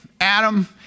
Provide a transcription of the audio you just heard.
Adam